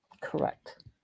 Correct